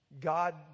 God